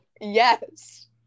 Yes